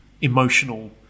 emotional